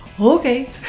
okay